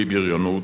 בבריונות,